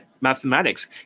mathematics